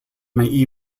may